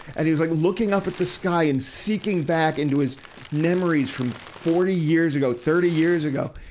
and he was like looking up at the sky and seeking back into his memories from forty years ago, thirty years ago.